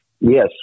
Yes